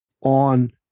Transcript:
on